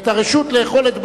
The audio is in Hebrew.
את הרשות לאכול את בעלי-החיים.